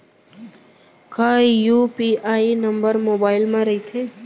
का UPI number mobile म रहिथे?